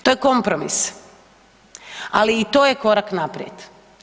To je kompromis, ali i to je korak naprijed.